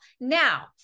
Now